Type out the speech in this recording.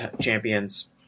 champions